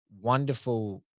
wonderful